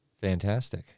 Fantastic